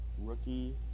rookie